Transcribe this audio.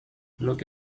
look